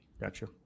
Gotcha